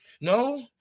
no